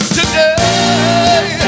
Today